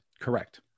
Correct